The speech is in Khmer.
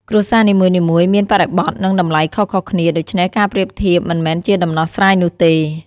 គ្រួសារនីមួយៗមានបរិបទ និងតម្លៃខុសៗគ្នា ដូច្នេះការប្រៀបធៀបមិនមែនជាដំណោះស្រាយនោះទេ។